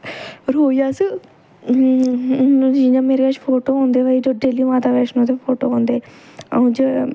रोज़ अस हून जियां मेरे कश फोटो औंदे भाई डेली माता बैष्णो दे फोटो औंदे अज्ज